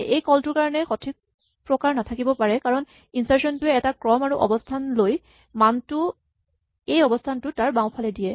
এই কল টোৰ এটা সঠিক প্ৰকাৰ নাথাকিব কাৰণ ইনচাৰ্ট টোৱে এটা ক্ৰম আৰু অৱস্হান লৈ মানটো এই অৱস্হানটোত তাৰ বাওঁফালে দিয়ে